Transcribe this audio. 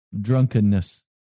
Drunkenness